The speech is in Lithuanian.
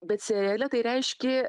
bet seriale tai reiškė